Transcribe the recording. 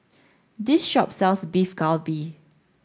this shop sells Beef Galbi